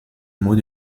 maux